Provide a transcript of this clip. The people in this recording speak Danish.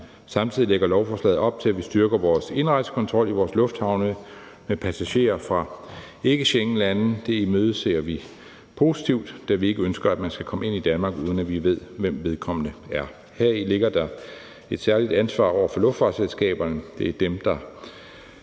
Samtidig lægger lovforslaget op til, at vi styrker indrejsekontrollen i vores lufthavne med passagerer fra ikkeschengenlande. Det imødeser vi positivt, da vi ikke ønsker, at nogen skal komme ind i Danmark, uden at vi ved, hvem vedkommende er. Heri hviler der et særligt ansvar på luftfartsselskaberne.